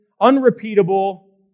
unrepeatable